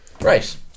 right